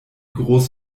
groß